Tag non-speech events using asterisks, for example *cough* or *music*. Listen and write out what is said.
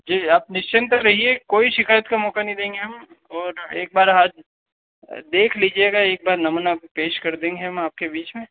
जी आप निश्चिन्त सर रहिए कोई शिकायत का मौका नहीं देंगे हम और एक बार *unintelligible* देख लीजिएगा एक बार नमूना पेश कर देंगे हम आपके बीच में